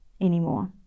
anymore